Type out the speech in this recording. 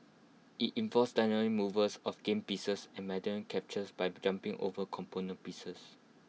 IT involves diagonal moves of game pieces and mandatory captures by jumping over component pieces